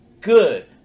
good